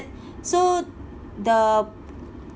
so the